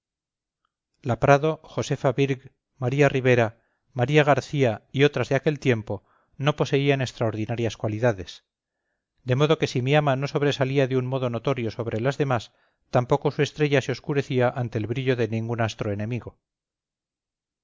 la prado josefa virg maría ribera maría garcía y otras de aquel tiempo no poseían extraordinarias cualidades de modo que si mi ama no sobresalía de un modo notorio sobre las demás tampoco su estrella se oscurecía ante el brillo de ningún astro enemigo